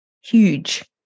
huge